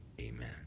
Amen